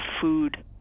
food